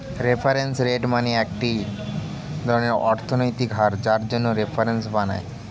reference rate মানে একটি ধরনের অর্থনৈতিক হার যার জন্য রেফারেন্স বানায়